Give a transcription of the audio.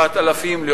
9,000 דולר,